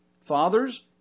fathers